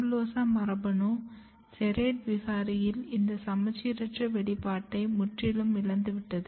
PHABULOSA மரபணு SERRATE விகாரியில் இந்த சமச்சீரற்ற வெளிப்பாட்டை முற்றிலும் இழந்துவிட்டது